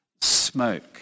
smoke